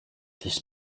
this